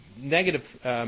negative